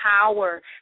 power